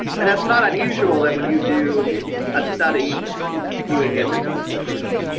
and that's not unusual that when you do a study you would get results like this.